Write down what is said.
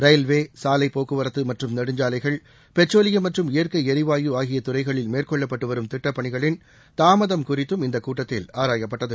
railway சாலைப்போக்குவரத்து மற்றும் நெடுஞ்சாலைகள் பெட்ரோலியம் மற்றும் இயற்கை எரிவாயு ஆகிய துறைகளில் மேற்கொள்ளப்பட்டு வரும் திட்டப் பணிகளின் தாமதம் குறித்தும் இந்தக் கூட்டத்தில் ஆராயப்பட்டது